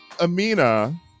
amina